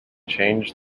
changed